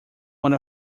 one